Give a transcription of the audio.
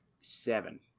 seven